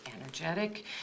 energetic